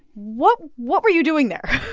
what what were you doing there?